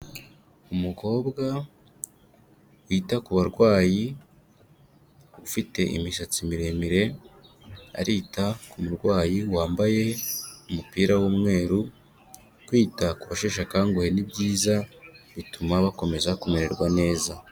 Umukobwa wita ku barwayi, ufite imisatsi miremire, arita ku murwayi wambaye umupira w'umweru, kwita ku basheshe akanguhe ni byiza bituma bakomeza kumererwa neza.